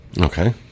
Okay